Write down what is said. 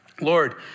Lord